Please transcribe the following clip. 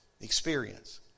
experience